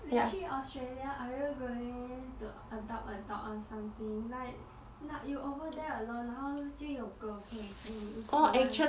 你去 australia are you going to adopt a dog or something like not you over there alone 然后就有狗可以陪你一起玩